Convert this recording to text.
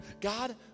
God